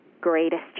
greatest